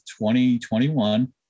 2021